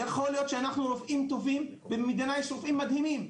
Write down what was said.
יכול להיות שאנחנו רופאים טובים ולמדינה יש רופאים מדהימים,